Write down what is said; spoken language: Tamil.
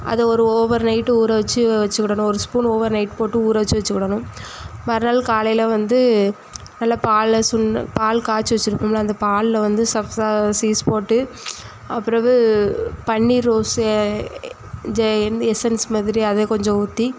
அதை ஒரு ஓவர் நைட்டு ஊறவச்சு வச்சிக்கிணும் ஒரு ஸ்பூன் ஓவர் நைட் போட்டு ஊறவச்சு வச்சிக்கிணும் மறுநாள் காலையில் வந்து நல்லா பாலை சுண்ட பால் காய்ச்சி வச்சுருப்போம்ல அந்த பாலில் வந்து சப்ஸா சீட்ஸ் போட்டு பிறகு பன்னீர் ரோஸ்ஸு எசென்ஸ் மாதிரி அதை கொஞ்சம் ஊற்றி